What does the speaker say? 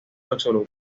absoluto